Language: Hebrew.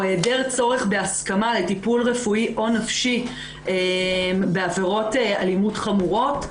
היעדר צורך בהסכמה לטיפול רפואי או נפשי בעבירות אלימות חמורות.